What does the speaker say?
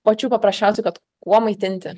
pačių paprasčiausių kad kuo maitinti